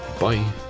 Bye